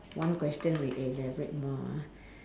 one question we elaborate more ah